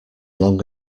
long